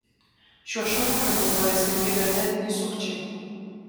šiuo šurmuliu naudojasi ir kibernetiniai sukčiai